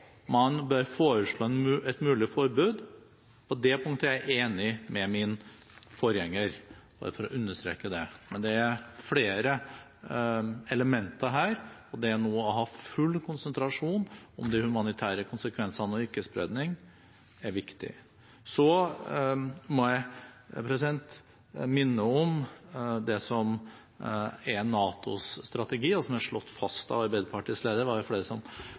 man bør foreslå et mulig forbud – på det punktet er jeg enig med min forgjenger, bare for å understreke det – men det er flere elementer her, og det nå å ha full konsentrasjon om de humanitære konsekvensene og ikke-spredning er viktig. Så må jeg minne om det som er NATOs strategi, og som er slått fast av Arbeiderpartiets leder, Jens Stoltenberg – det var